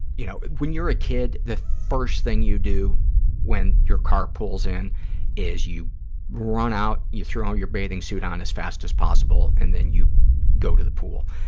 you know, when you're a kid, the first thing you do when your car pulls in is you run out, you throw your bathing suit on as fast as possible, and then you go to the pool,